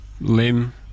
limb